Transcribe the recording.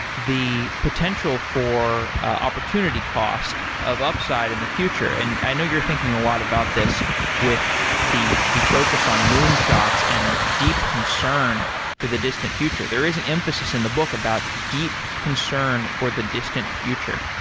the potential for opportunity cost of upside in the future, and i know you're thinking a lot about this with the the focus on moon shots and deep concern for the distant future. there is an emphasis in the book about deep concern for the distant future.